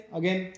again